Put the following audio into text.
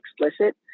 explicit